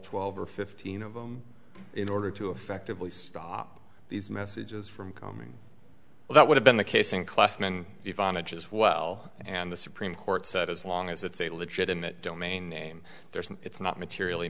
twelve or fifteen of them in order to effectively stop these messages from coming and that would have been the case in classman vonage as well and the supreme court said as long as it's a legitimate domain name there and it's not materially